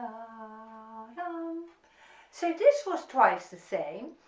ah um so this was twice the same,